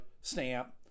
stamp